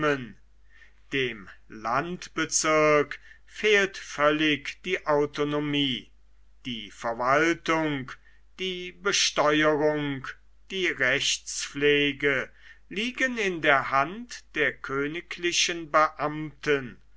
dem landbezirk fehlt völlig die autonomie die verwaltung die besteuerung die rechtspflege liegen in der hand der königlichen beamten